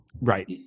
Right